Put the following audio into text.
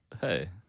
Hey